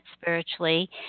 spiritually